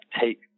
take